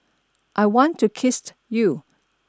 I want to kissed you